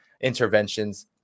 interventions